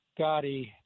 Gotti